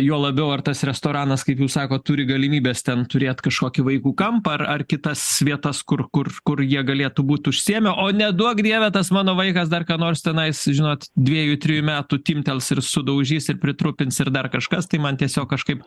juo labiau ar tas restoranas kaip jūs sakot turi galimybės ten turėt kažkokį vaikų kampą ar ar kitas vietas kur kur kur jie galėtų būt užsiėmę o neduok dieve tas mano vaikas dar ką nors tenais žinot dviejų trijų metų timptels ir sudaužys ir pritrupins ir dar kažkas tai man tiesiog kažkaip